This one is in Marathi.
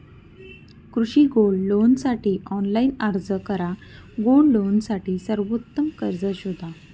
कृषी गोल्ड लोनसाठी ऑनलाइन अर्ज करा गोल्ड लोनसाठी सर्वोत्तम कर्ज शोधा